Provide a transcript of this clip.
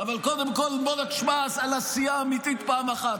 אבל קודם כול בוא נשמע על עשייה אמיתית פעם אחת,